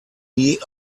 nie